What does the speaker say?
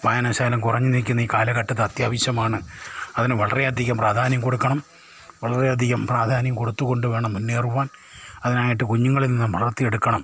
വായനാ ശകലം കുറഞ്ഞ് നിൽക്കുന്ന ഈ കാലഘട്ടത്തിൽ അത്യാവശ്യമാണ് അതിന് വളരെ അധികം പ്രാധാന്യം കൊടുക്കണം വളരെ അധികം പ്രാധാന്യം കൊടുത്തു കൊണ്ടുവേണം മുന്നേറുവാൻ അതിനായിട്ട് കുഞ്ഞുങ്ങളിൽ നിന്ന് വളർത്തിയെടുക്കണം